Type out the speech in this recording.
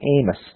Amos